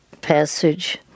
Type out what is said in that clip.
passage